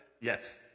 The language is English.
Yes